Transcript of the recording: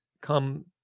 come